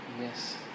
Yes